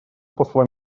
посла